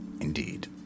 indeed